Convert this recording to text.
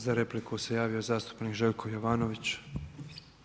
Za repliku se javio zastupnik Željko Jovanović.